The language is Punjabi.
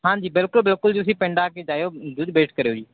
ਹਾਂਜੀ ਬਿਲਕੁਲ ਬਿਲਕੁਲ ਤੁਸੀਂ ਪਿੰਡਾਂ ਆ ਕੇ ਜਾਇਓ ਤੁਸੀਂ ਵਿਜ਼ਿਟ ਕਰਿਓ ਜੀ